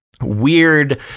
weird